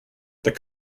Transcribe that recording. this